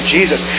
Jesus